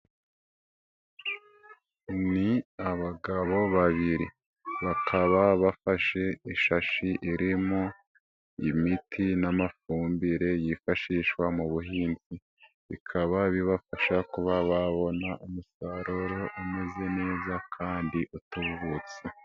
Ni abagabo babiri, bakaba bafashe ishashi irimo imiti n'amafumbire yifashishwa mu buhinzi, bikaba bibafasha kuba babona umusaruro umeze neza kandi utubutse.